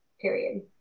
Period